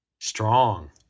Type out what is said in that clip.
strong